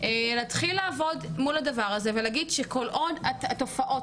להתחיל לעבוד מול הדבר הזה ולהגיד שכל עוד התופעות